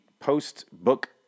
post-book